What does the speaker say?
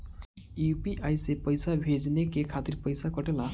UPI से पइसा भेजने के खातिर पईसा कटेला?